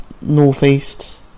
northeast